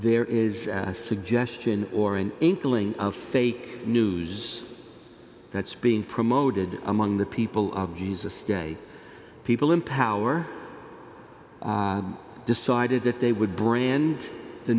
there is a suggestion or an inkling of fake news that's being promoted among the people of jesus day people in power decided that they would brand the